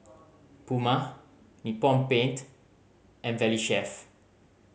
Puma Nippon Paint and Valley Chef